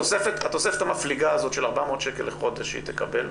התוספת המפליגה הזאת של 400 שקל לחודש שהיא תקבל,